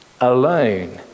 alone